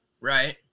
right